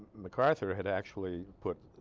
macarthur had actually put